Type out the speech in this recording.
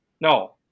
No